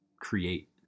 create